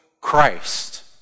Christ